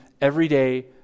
everyday